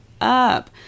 up